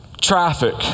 traffic